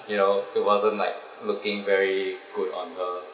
you know it wasn't like looking very good on her